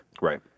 Right